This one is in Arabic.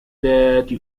ذات